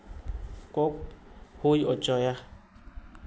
ᱠᱚ ᱦᱩᱭ ᱦᱚᱪᱚᱭᱟ